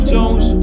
Jones